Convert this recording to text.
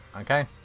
okay